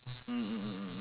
mm mm mm